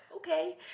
okay